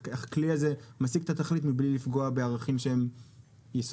הכלי הזה משיג את התכלית מבלי לפגוע בערכים שהם יסודיים,